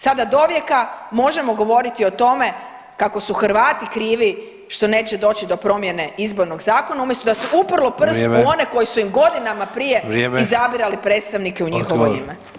Sada dovijeka možemo govoriti o tome kako su Hrvati krivi što neće doći do promjene izbornog zakona umjesto da su uprlo prstom u one koji su [[Upadica: Vrijeme.]] im godina prije izabirali [[Upadica: Vrijeme.]] izabirali predstavnike u njihovo ime.